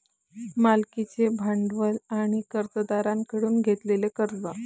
मालकीचे भांडवल आणि कर्जदारांकडून घेतलेले कर्ज